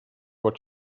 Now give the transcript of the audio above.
what